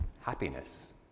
happiness